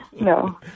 No